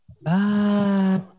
bye